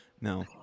No